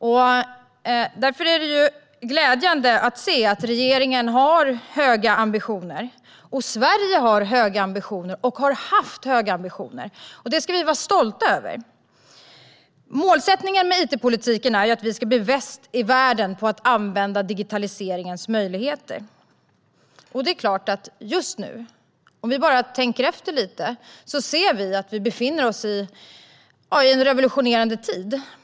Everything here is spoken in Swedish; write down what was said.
Det är därför glädjande att se att regeringen och Sverige har och har haft höga ambitioner, och det ska vi vara stolta över. Målsättningen med it-politiken är att vi ska bli bäst i världen på att använda digitaliseringens möjligheter. Om vi bara tänker efter lite ser vi att vi befinner oss i en revolutionerande tid.